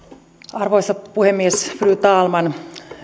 arvoisa puhemies fru talman